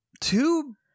two